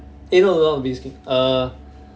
eh no no not biz queen err